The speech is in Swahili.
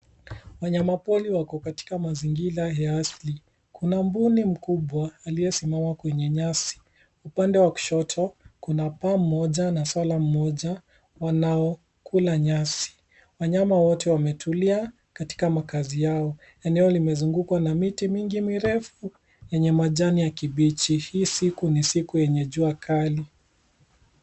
Wanyama pori wako katika mazingira ya asili. Kuna mbuni mkubwa aliyesimama kwenye nyasi. Upande wa kushoto kuna paa mmoja na swara mmoja wanaokula nyasi. Wanyama wote wametulia katika makazi yao. Eneo limezungukwa na miti mingi mirefu yenye majani ya kibichi. Hii siku ni siku yenye jua kali.